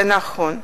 וזה נכון,